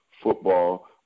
football